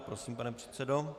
Prosím, pane předsedo.